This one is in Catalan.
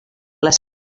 les